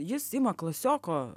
jis ima klasioko